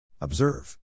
Observe